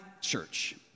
church